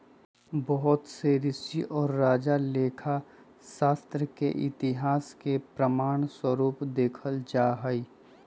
बहुत से ऋषि और राजा लेखा शास्त्र के इतिहास के प्रमाण स्वरूप देखल जाहई